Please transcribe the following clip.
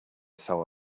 saw